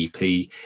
EP